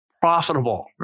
profitable